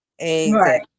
Right